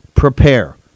Prepare